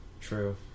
True